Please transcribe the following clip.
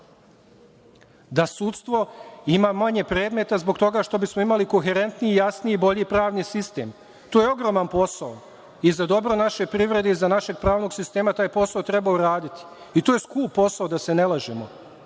da sudstva ima manje predmeta zbog toga što bismo imali koherentniji, jasniji i bolji pravni sistem. To je ogroman posao i za dobro naše privrede i našeg pravnog sistema taj posao treba uraditi. To je skup posao, da se ne lažemo.